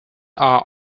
are